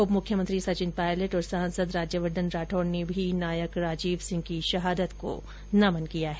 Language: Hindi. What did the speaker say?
उप मुख्यमंत्री सचिन पायलट और सांसद राज्यवर्द्वन राठौड ने भी नायक राजीव सिंह की शहादत को नमन किया है